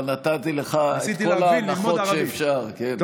כבר נתתי לך את כל ההנחות שאפשר, את כל התוספות.